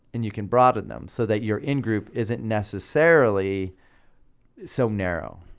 and you can broaden them. so that your in group isn't necessarily so narrow,